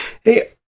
Hey